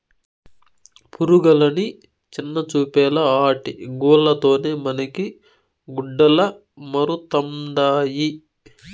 పురుగులని చిన్నచూపేలా ఆటి గూల్ల తోనే మనకి గుడ్డలమరుతండాయి